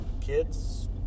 kids